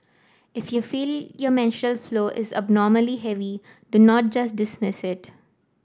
if you feel your menstrual flow is abnormally heavy do not just dismiss it